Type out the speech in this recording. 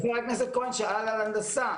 חבר הכנסת כהן שאל על הנדסה.